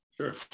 Sure